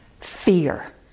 fear